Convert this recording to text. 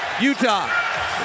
Utah